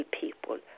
people